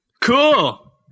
Cool